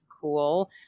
cool